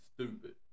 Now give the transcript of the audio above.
stupid